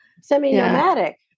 semi-nomadic